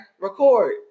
Record